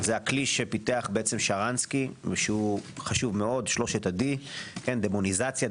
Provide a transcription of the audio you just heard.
זה הכלי שפיתח שרנסקי חשוב מאוד - שלושת ה-D: דמוניזציה,